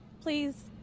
Please